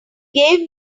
gave